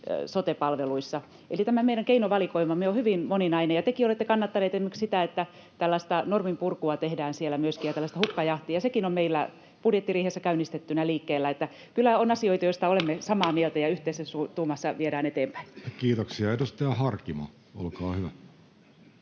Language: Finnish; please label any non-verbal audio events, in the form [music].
sote-palveluissa — eli tämä meidän keinovalikoimamme on hyvin moninainen. Tekin olette kannattaneet esimerkiksi sitä, että tällaista norminpurkua tehdään siellä myöskin ja tällaista hukkajahtia, [noise] ja sekin on meillä budjettiriihessä käynnistettynä liikkeellä. Eli kyllä on asioita, joista olemme [noise] samaa mieltä ja yhteisessä tuumassa viedään eteenpäin. [Speech 70] Speaker: Jussi Halla-aho